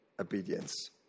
obedience